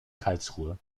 karlsruhe